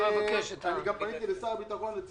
גם פניתי לשר הביטחון.